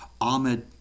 Ahmed